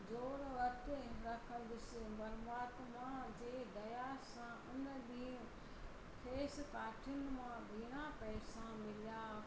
जो विर्तु रखंदुसि परमात्मा जे दया सां उन ॾींहुं खेस काठियुनि मां ॿीणा पैसा मिलिया